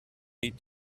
need